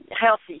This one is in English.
healthy